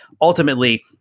Ultimately